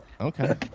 Okay